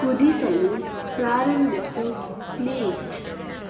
ಕುದಿಸಲು ಪ್ರಾರಂಭಿಸು ಪ್ಲೀಸ್